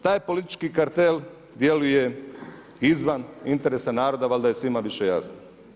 Taj politički kartel djeluje izvan interesa naroda, valjda je svima više jasno.